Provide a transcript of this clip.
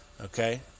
Okay